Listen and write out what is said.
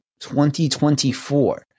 2024